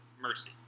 mercy